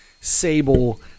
Sable